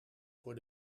voor